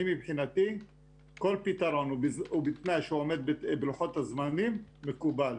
מבחינתי כל פתרון ובתנאי שעומד בלוחות הזמנים הוא מקובל.